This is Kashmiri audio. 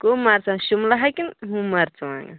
کٕم مَرژٕوانٛگَن شِملہ ہا کِنہٕ ہُم مَرژٕوانٛگَن